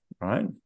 right